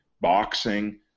boxing